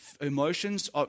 emotions